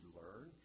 learn